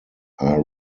are